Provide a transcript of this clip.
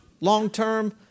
long-term